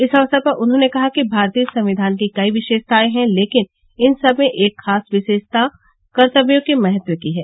इस अवसर पर उन्होंने कहा कि भारतीय संविधान की कई विशेषताएं हैं लेकिन इन सब में एक खास विशेषता कर्तव्यों के महत्व की है